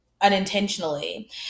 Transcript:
unintentionally